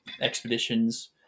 expeditions